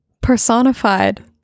personified